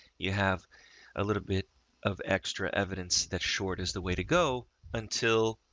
you have a little bit of extra evidence. that short is the way to go until,